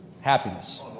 happiness